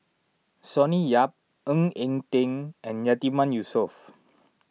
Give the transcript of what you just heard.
Sonny Yap Ng Eng Teng and Yatiman Yusof